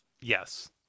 Yes